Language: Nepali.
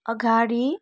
अगाडि